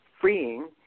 freeing